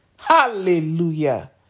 Hallelujah